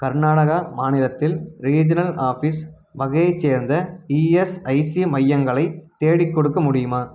கர்நாடகா மாநிலத்தில் regional office வகையைச் சேர்ந்த இஎஸ்ஐசி மையங்களை தேடிக்கொடுக்க முடியுமா